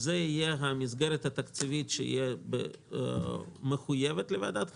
זה יהיה המסגרת התקציבית שתהיה מחויבת לוועדת החריגים.